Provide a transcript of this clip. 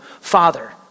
father